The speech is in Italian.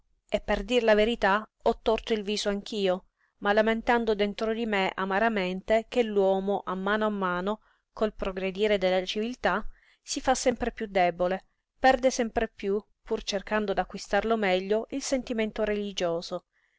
e per dir la verità ho torto il viso anch'io ma lamentando dentro di me amaramente che l'uomo a mano a mano col progredire della civiltà si fa sempre piú debole perde sempre piú pur cercando d'acquistarlo meglio il sentimento religioso